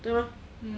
对吗